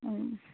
অঁ